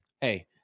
hey